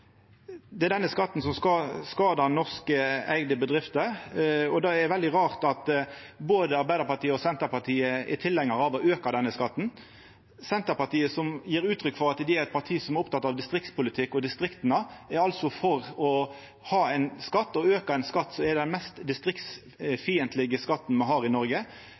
Det er denne skatten som skadar norskeigde bedrifter. Det er veldig rart at både Arbeidarpartiet og Senterpartiet er tilhengarar av å auka denne skatten. Senterpartiet gjev uttrykk for at dei er eit parti som er oppteke av distriktspolitikk og distrikta, men dei er altså for å auka ein skatt som er den mest distriktsfiendtlege skatten me har i Noreg.